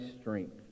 strength